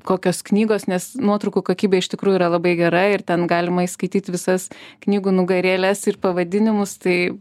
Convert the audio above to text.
kokios knygos nes nuotraukų kokybė iš tikrųjų yra labai gera ir ten galima įskaityt visas knygų nugarėles ir pavadinimus tai